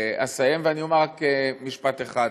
אז אני אסיים ואני אומר רק משפט אחד.